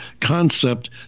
concept